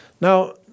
Now